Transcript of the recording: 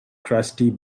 crusty